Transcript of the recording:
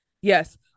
Yes